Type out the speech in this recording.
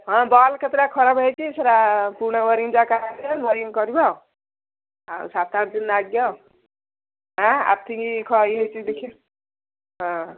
ହଁ ବଲ୍ବ କେତେଟା ଖରାପ ହୋଇଛି ସେଇଟା ପୁରୁଣା ୱାରିଗିଂ ଯାକ ନୂଆ ୱାରିଗିଂ କରିବ ଆଉ ସାତ ଆଠ ଦିନ ଲାଗିବ ଆର୍ଥିଂ ଖରାପ ହୋଇଛି ଦେଖିବ ହଁ